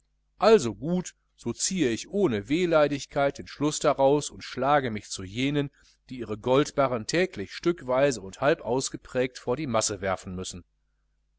also so ziehe ich ohne wehleidigkeit den schluß daraus und schlage mich zu jenen die ihre goldbarren täglich stückweise und halb ausgeprägt vor die masse werfen müssen